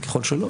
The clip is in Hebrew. וככל שלא,